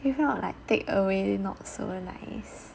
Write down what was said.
this kind of like take away not so nice